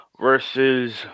versus